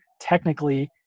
technically